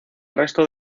resto